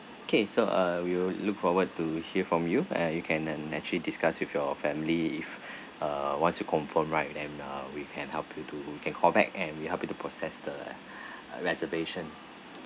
okay so uh we'll look forward to hear from you uh you can and actually discuss with your family if uh once you confirm right and uh we can help you to you can call back and we help you to process the uh reservation